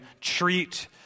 treat